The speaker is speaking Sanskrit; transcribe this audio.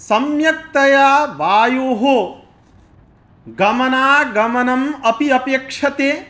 सम्यक्तया वायोः गमनागमनम् अपि अपेक्ष्यते